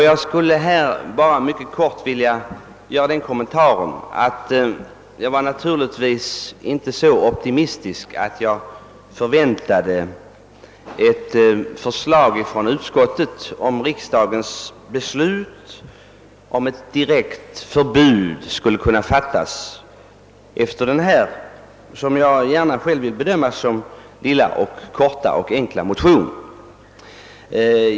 Jag vill nu bara helt kort göra den kommentaren till detta yrkande, att jag naturligtvis inte var så Ooptimistisk att jag förväntade mig ett förslag från utskottet om att riksdagen skulle fatta beslut om ett direkt förbud med anledning av min korta och enkla motion.